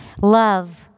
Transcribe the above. Love